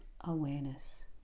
awareness